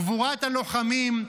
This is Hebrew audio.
גבורת הלוחמים,